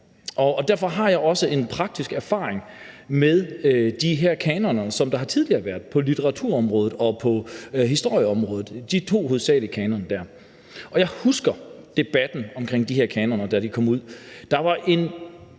og derfor har jeg også en praktisk erfaring med de her kanoner, der tidligere har været på litteraturområdet og på historieområdet. Der er hovedsagelig de to kanoner. Og jeg husker debatten om de her kanoner, da de kom ud. Der var